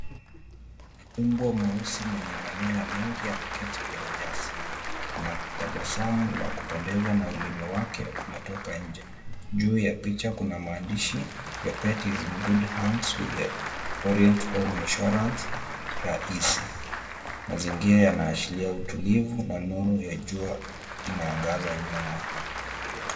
Mbwa mweusi mwenye manyoya mengi ameketi kwenye nyasi na kutabasamau na kupendeza na ulimi wake umetoka nje. Juu ya picha kuna maandishi Your Pet is in Good Hands with the Orient Home Insurance Rah-Easy , mazingira yanaashiria utulivu na nuru ya jua inaangaza nyuma.